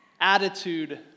attitude